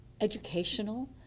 educational